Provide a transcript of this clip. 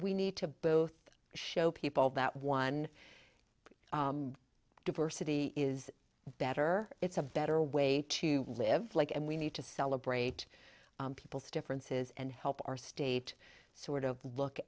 we need to both show people that one diversity is better it's a better way to live like and we need to celebrate people's differences and help our state sort of look